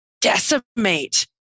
decimate